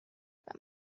them